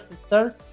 sister